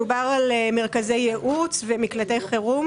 מדובר על מרכזי ייעוץ ומקלטי חירום